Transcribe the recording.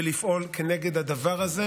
ולפעול כנגד הדבר הזה.